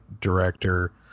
director